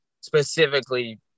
specifically